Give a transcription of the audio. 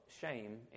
shame